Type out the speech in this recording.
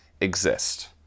exist